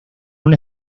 una